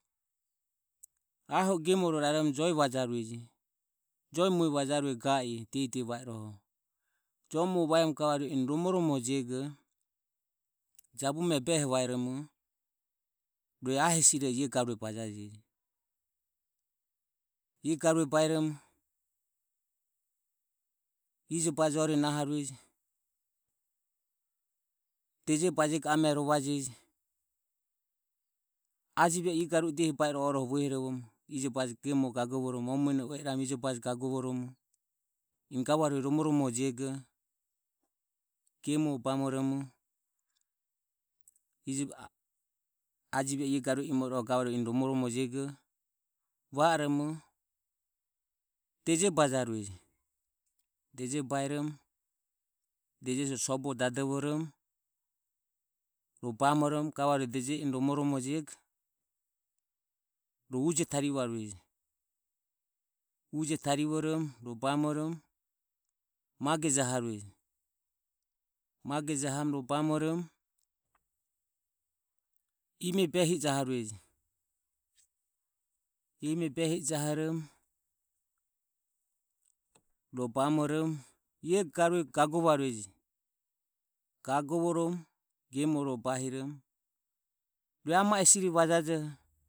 Aho o gemore raromoromo joe vajarueje. Joe mue vajarue ga i diehi diehi va i rohoho joe mue vajarueje eni romoromorojego jabume behe vaeromo rue ae hesi rohuro ie garue baeromo ijobaje ore naharueje deje bajego amore rovajeje. Ajive e ie diehi bae i rohe oroho nahoromo ijobaje gemore gagovoromo oe mueno e ijobaje gagovoromo eni ga vauere romoromorejego gemuore bamoromo ajive e ie garue imoiroho gavarueje enijego deje bajarueje. Deje baeromo deje sobore dadovoromo ro bamoromo gavarueje deje eni romoromorejego rohu uje tarivoromo ro bamoromo mage jahoromo ro bamoromo ime behi e jahoromo ro bamoromo ie garue. Gagovoromo gemuoro bamoromo rue ama e hesi ri vajajoho.